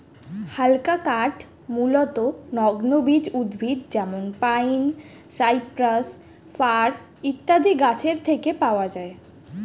হালকা কাঠ মূলতঃ নগ্নবীজ উদ্ভিদ যেমন পাইন, সাইপ্রাস, ফার ইত্যাদি গাছের থেকে পাওয়া যায়